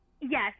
Yes